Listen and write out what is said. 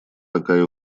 такая